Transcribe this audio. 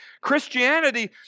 Christianity